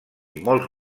molts